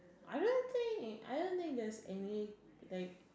I don't think I don't think there is any like